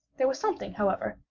there was something, however,